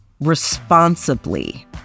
responsibly